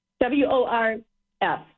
W-O-R-F